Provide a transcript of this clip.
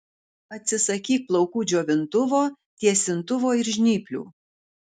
atsisakyk plaukų džiovintuvo tiesintuvo ir žnyplių